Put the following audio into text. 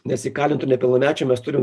nes įkalintų nepilnamečių mes turim